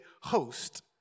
host